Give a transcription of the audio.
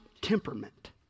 temperament